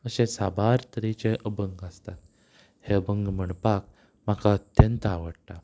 अशे साबार तरेचे अभंग आसतात हे अभंग म्हणपाक म्हाका अत्यंत आवडटा